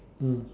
mm